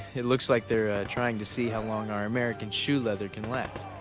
it looks like they're trying to see how long our american shoe leather can last.